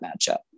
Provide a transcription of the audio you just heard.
matchup